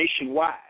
nationwide